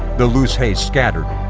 the loose hay scattered,